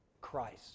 Christ